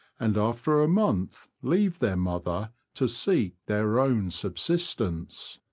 and after a month leave their mother to seek their own subsistence.